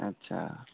अच्छा